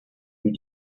read